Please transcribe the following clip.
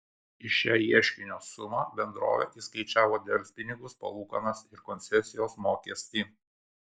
į šią ieškinio sumą bendrovė įskaičiavo delspinigius palūkanas ir koncesijos mokestį